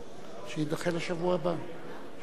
אתה תהיה ראשון בשבוע הבא בהצעות,